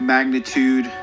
Magnitude